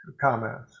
comments